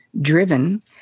driven